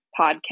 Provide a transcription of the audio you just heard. Podcast